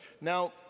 Now